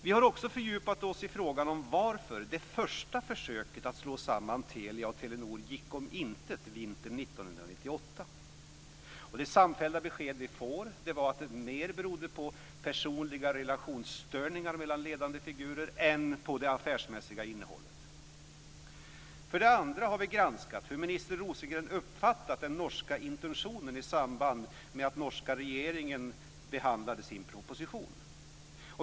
Vi har för det första fördjupat oss i frågan varför det första försöket att slå samman Telia och Telenor gick om intet vintern 1998. Det samfällda besked vi fått är att det mer berodde på personliga relationsstörningar mellan ledande figurer än på det affärsmässiga innehållet. För det andra har vi granskat hur minister Rosengren har uppfattat den norska intentionen i samband med att norska regeringen behandlade sin proposition.